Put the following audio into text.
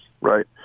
right